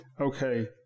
Okay